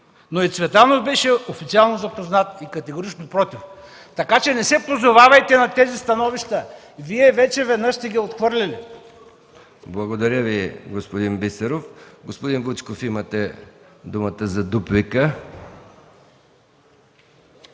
но и Цветанов беше официално запознат и категорично против.” Така че не се позовавайте на тези становища, Вие вече веднъж сте ги отхвърлили. ПРЕДСЕДАТЕЛ МИХАИЛ МИКОВ: Благодаря Ви, господин Бисеров. Господин Вучков, имате думата за дуплика.